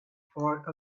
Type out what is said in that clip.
for